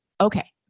Okay